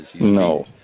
No